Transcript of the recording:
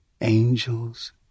Angels